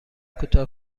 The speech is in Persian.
کوتاه